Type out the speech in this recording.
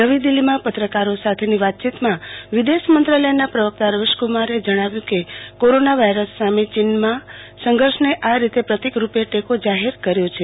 નવી દિલ્હીમાં પત્રકારો સાથેની વાતચીતમાં વિદેશમંત્રાલયના પ્રવકતા રવીશકુમારે જણાવ્યું કે કોરોના વાયરસ સામે ચીનના સંઘર્ષને આ રીતે પ્રતિકરૂપે ટેકો જાહેર કયો છે